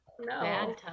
no